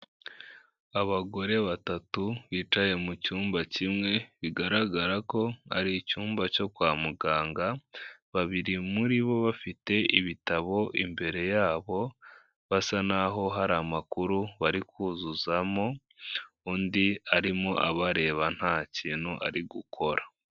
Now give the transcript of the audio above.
Abagore batatu bicaye mu cyumba kimwe, bigaragara ko ari icyumba cyo kwa muganga, babiri muri bo bafite ibitabo imbere yabo basa n'aho hari amakuru bari kuzuzamo, undi arimo abareba nta kintu ari gukora.